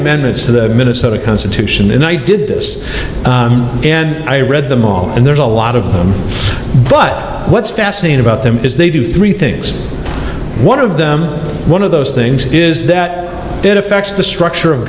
amendments to the minnesota constitution and i did this and i read them all and there's a lot of them but what's fascinating about them is they do three things one of them one of those things is that it affects the structure of